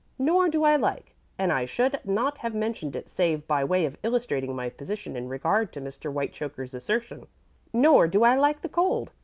nor do i like and i should not have mentioned it save by way of illustrating my position in regard to mr. whitechoker's assertion nor do i like the cold,